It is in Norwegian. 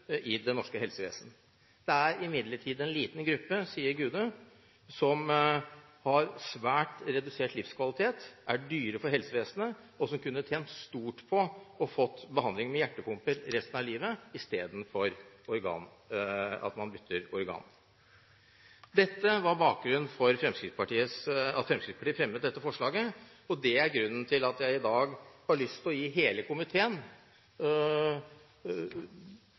det norske helsevesen. Det er imidlertid en liten gruppe pasienter, sier Gude, som har svært redusert livskvalitet, er dyre for helsevesenet og kunne tjene stort på å få behandling med hjertepumper resten av livet istedenfor at man bytter organ. Dette var bakgrunnen for at Fremskrittspartiet fremmet dette forslaget, og det er grunnen til at jeg i dag har lyst til å gi hele komiteen,